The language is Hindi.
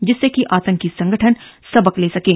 जिससे की आतंकी संगठन सबक ले सकें